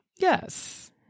yes